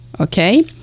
okay